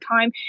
time